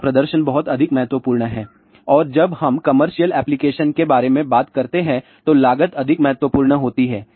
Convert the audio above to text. जहां प्रदर्शन बहुत अधिक महत्वपूर्ण है और जब हम कमर्शियल एप्लीकेशन के बारे में बात करते हैं तो लागत अधिक महत्वपूर्ण होती है